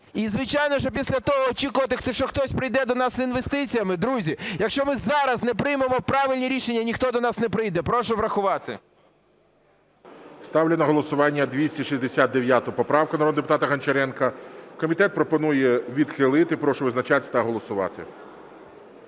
І звичайно, що після того очікувати, що хтось прийде до нас з інвестиціями… Друзі, якщо ми зараз не приймемо правильні рішення, ніхто до нас не прийде. Прошу врахувати. ГОЛОВУЮЧИЙ. Ставлю на голосування 269 поправку народного депутата Гончаренка. Комітет пропонує відхилити. Прошу визначатися та голосувати.